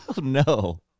no